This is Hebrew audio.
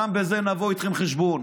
גם בזה נבוא איתכם חשבון,